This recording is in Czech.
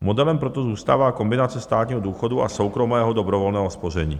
Modelem proto zůstává kombinace státního důchodu a soukromého dobrovolného spoření.